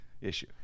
issue